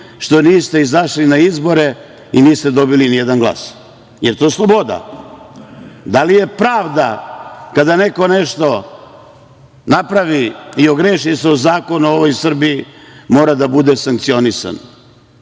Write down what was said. što niste izašli na izbore i niste dobili ni jedan glas? Jel to sloboda? Da li je pravda kada neko nešto napravi i ogreši se o zakon u ovoj Srbiji? On mora da bude sankcionisan. Nemojte